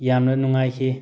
ꯌꯥꯝꯅ ꯅꯨꯡꯉꯥꯏꯈꯤ